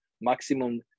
maximum